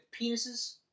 penises